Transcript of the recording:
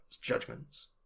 judgments